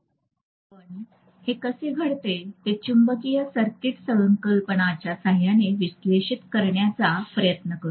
म्हणून आपण हे कसे घडते ते चुंबकीय सर्किट संकल्पनांच्या सहाय्याने विश्लेषित करण्याचा प्रयत्न करू